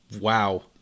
Wow